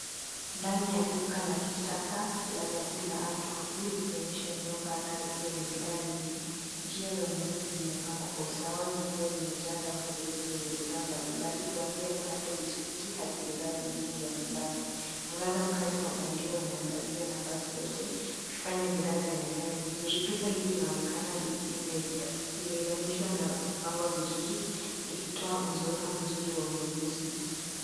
Ndani la duka la kisasa la vyakula au duka kuu likionyesha eneo pana lenye bidhaa nyingi. Njia za ununuzi zimepangwa kwa usawa zikiwa zimejaa rafu ndefu zenye bidhaa mbalimbali kuanzia mkate, biskuti hadi bidhaa zingine vya nyumbani. Mwangaza mkali wa bandia unaangazia nafasi yote ukifanya bidhaa zionekane vizuri. Duka hili linaonekana limeidhanishwa na kupangwa vizuri likitoa uzoefu mzuri wa ununuzi.